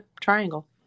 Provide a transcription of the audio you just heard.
triangle